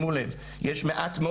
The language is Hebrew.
יש מעט מאוד